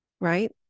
Right